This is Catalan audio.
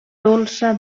dolça